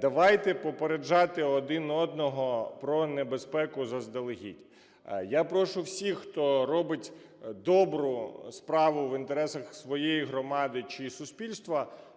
Давайте попереджати один одного про небезпеку заздалегідь. Я прошу всіх, хто робить добру справу в інтересах своєї громади чи суспільства,